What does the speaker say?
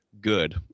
good